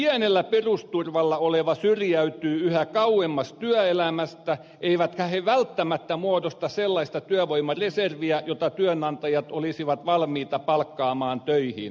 pienellä perusturvalla oleva syrjäytyy yhä kauemmas työelämästä eivätkä he välttämättä muodosta sellaista työvoimareserviä jota työnantajat olisivat valmiita palkkaamaan töihin